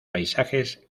paisajes